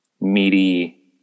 meaty